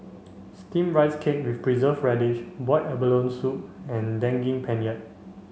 steamed rice cake with preserved radish boiled abalone soup and Daging Penyet